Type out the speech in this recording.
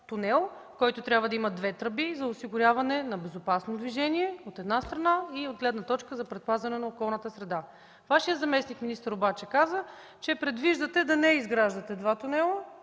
тунел, който трябва да има две тръби за осигуряване на безопасно движение, от една страна, и от гледна точка за предпазване на околната среда. Вашият заместник-министър обаче каза, че предвиждате да не изграждате два тунела,